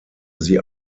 sie